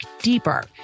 deeper